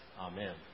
Amen